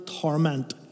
torment